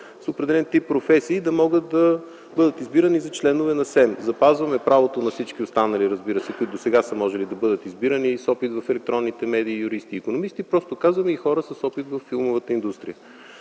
с определен тип професии да могат да бъдат избирани за членове на СЕМ. Запазваме правото на всички останали, разбира се, които досега са можели да бъдат избирани – и с опит в електронните медии, и юристи, и икономисти, просто казваме: и хора с опит във филмовата индустрия.